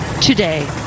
today